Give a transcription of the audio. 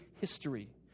history